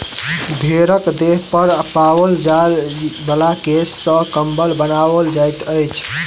भेंड़क देह पर पाओल जाय बला केश सॅ कम्बल बनाओल जाइत छै